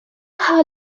how